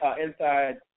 Inside